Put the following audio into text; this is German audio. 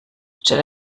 statt